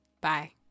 bye